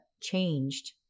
changed